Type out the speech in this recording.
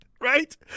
right